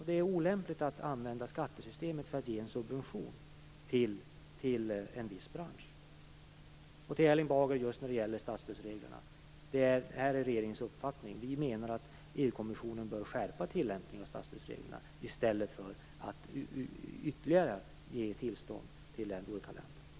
Det är olämpligt att använda skattesystemet för att ge en subvention till en viss bransch. Till Erling Bager vill jag säga, just när det gäller statsstödsreglerna: Det här är regeringens uppfattning. Vi menar att EU-kommissionen bör skärpa tillämpningen av statsstödsreglerna i stället för att ge ytterligare tillstånd till olika länder.